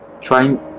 trying